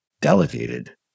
delegated